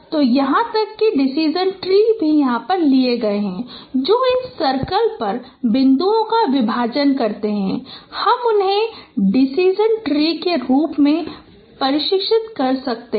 तो यहां तक कि डिसिजन ट्री के लिए भी है जो इस सर्कल पर बिंदुओं का विभाजन करते हैं और हम उन्हें डिसिजन ट्री के रूप में प्रशिक्षित कर सकते हैं